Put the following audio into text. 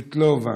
סבטלובה.